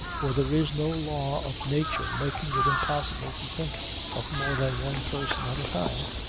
for there is no law of nature making it impossible to think of more than one person at a time.